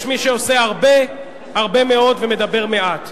יש מי שעושה הרבה, הרבה מאוד, ומדבר מעט.